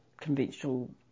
conventional